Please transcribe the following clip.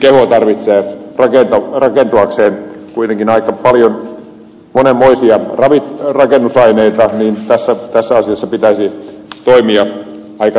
ja kun ihmiskeho tarvitsee rakentuakseen kuitenkin aika paljon monenmoisia rakennusaineita niin tässä asiassa pitäisi toimia aika nopeasti